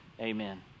amen